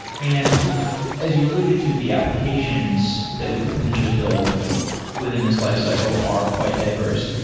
and as you alluded to, the applications that we could potentially build within this lifecycle are quite diverse.